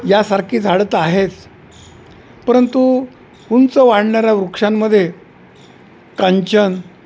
यासारखी झाड तर आहेच परंतु उंच वाढणाऱ्या वृक्षांमध्ये कांचन